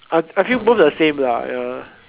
I I feel both the same lah ya